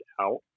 out